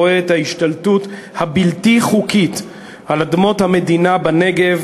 רואה את ההשתלטות הבלתי-חוקית על אדמות המדינה בנגב,